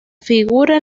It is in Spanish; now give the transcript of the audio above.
figura